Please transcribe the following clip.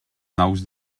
naus